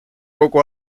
kogu